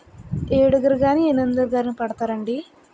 ఏడుగురు కానీ ఎనిమిదిగురు కానీ పడతారండి